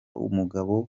umugabo